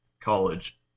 college